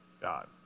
God